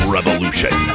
Revolution